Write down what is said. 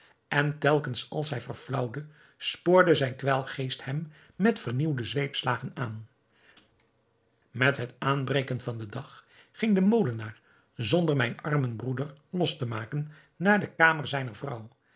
en telkens als hij verflaauwde spoorde zijn kwelgeest hem met vernieuwde zweepslagen aan met het aanbreken van den dag ging de molenaar zonder mijn armen broeder los te maken naar de kamer zijner vrouw